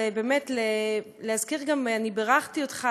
ואני בירכתי אותך,